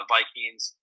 Vikings